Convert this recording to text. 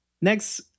next